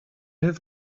have